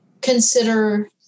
consider